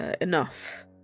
enough